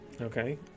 Okay